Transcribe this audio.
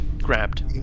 grabbed